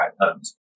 homes